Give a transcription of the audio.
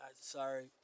Sorry